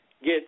Get